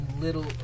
little